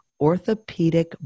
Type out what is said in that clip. orthopedic